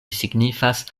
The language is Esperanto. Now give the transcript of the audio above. signifas